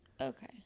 Okay